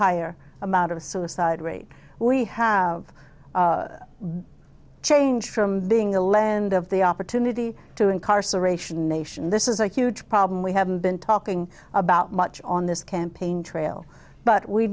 higher amount of suicide rate we have change from being the land of the opportunity to incarceration nation this is a huge problem we haven't been talking about much on this campaign trail but we